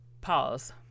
pause